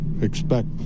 Expect